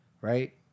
Right